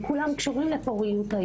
כן, כפיילוט.